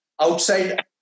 outside